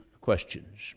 questions